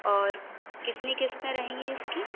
और कितनी किस्तें रहेंगी इसकी